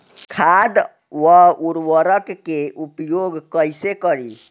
खाद व उर्वरक के उपयोग कइसे करी?